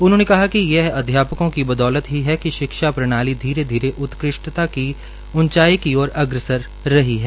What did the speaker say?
उन्होंने कहा कि यह अध्यापकों की बदौलत ही है कि शिक्षा प्रणाली धीरे धीरे उत्कृष्टता की उचांई की ओर अग्रसर रही है